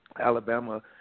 alabama